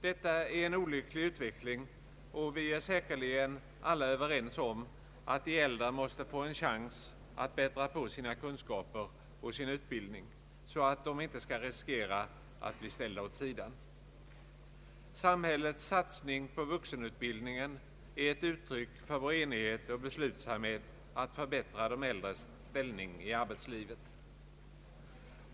Detta är en olycklig utveckling, och vi är säkerligen alla överens om att de äldre måste få en chans att bättra på sina kunskaper och sin utbildning så att de inte skall riskera att bli ställda åt sidan. Samhällets satsning på vuxenutbildningen är ett uttryck för vår enighet och beslutsamhet att förbättra de äldres ställning i arbetslivet.